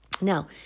Now